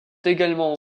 également